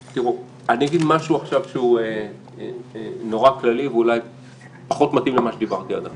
אני אגיד משהו שהוא נורא כללי ואולי פחות מתאים למה שדיברתי עד עכשיו.